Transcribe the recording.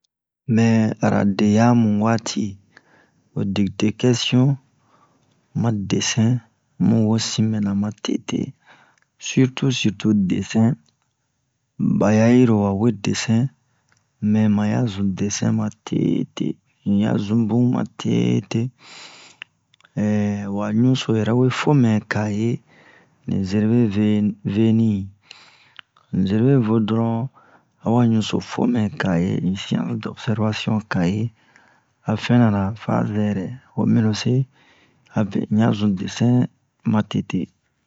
mɛ arabeyamu waati ho dikte kɛsiyon ma desɛn mu wo sin mɛna matete sirtu sirtu desɛn ɓa ya yiro wa wee desɛn mɛ ma ya zun desɛn matete un ya zun bun matete wa ɲuso yɛrɛ ya fo mɛ kaye ni zerebe ve- veni ni zerebe vo dɔron awa ɲuso fo mɛ kaye un siyanse-dɔbusɛrvasiyon kaye a fɛnna-ra fa zɛrɛ ho mi lo se abe un ya zun desɛn matete